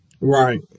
Right